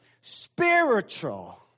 spiritual